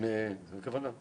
זו הכוונה.